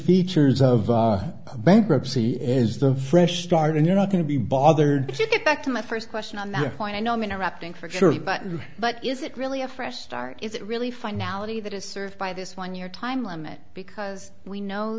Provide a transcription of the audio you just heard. features of the bankruptcy is the fresh start and you're not going to be bothered to get back to my first question on that point i know i'm interrupting for sure but but is it really a fresh start is it really finality that is served by this one year time limit because we know